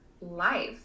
life